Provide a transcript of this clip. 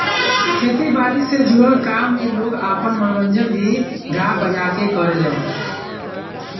खेती बारी से जुड़ल काम में लोग आपन मनोरंजन भी गा बजा के करेलेन